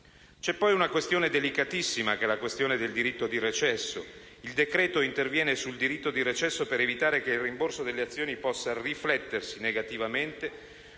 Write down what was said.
C'è poi una questione delicatissima, quella del diritto di recesso: il decreto-legge interviene sul diritto di recesso per evitare che il rimborso delle azioni possa riflettersi negativamente